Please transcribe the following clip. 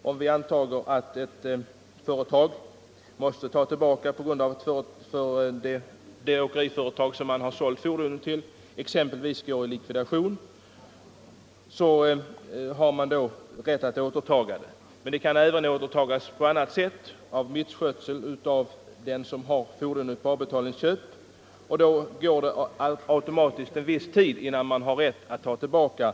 Om vi antar att ett säljande företag måste ta tillbaka en bil därför att det åkeriföretag som man sålt fordonet till exempelvis träder i likvidation, så ber man bilfirman ta tillbaka bilen. Men fordonet kan också återtas därför att den som köpt fordonet på avbetalning har misskött inbetalningarna, och då skall det först gå en tid innan säljarföretaget har rätt att ta tillbaka bilen.